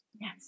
Yes